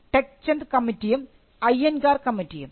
tech Chand കമ്മിറ്റിയും അയ്യൻങ്കാർ കമ്മിറ്റിയും